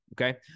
Okay